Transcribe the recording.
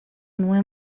nuen